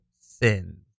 sins